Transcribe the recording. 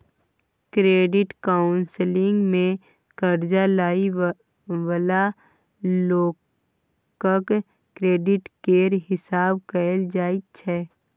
credit counselling मे कर्जा लइ बला लोकक क्रेडिट केर हिसाब कएल जाइ छै